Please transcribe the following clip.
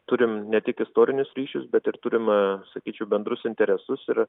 turim ne tik istorinius ryšius bet ir turim sakyčiau bendrus interesus ir